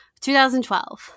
2012